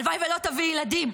הלוואי שלא תביאי ילדים.